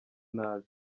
nabi